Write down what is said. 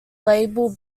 label